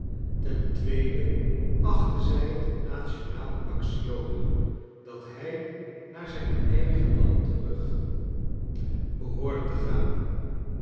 ten tweede achtten zij het een nationaai axioma dat hij naar zijn eigen land terug behoorcle te gaan